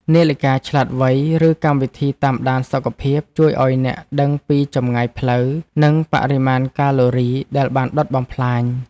នាឡិកាឆ្លាតវៃ ឬកម្មវិធីតាមដានសុខភាព ជួយឱ្យអ្នកដឹងពីចម្ងាយផ្លូវ និងបរិមាណកាឡូរីដែលបានដុតបំផ្លាញ។